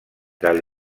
del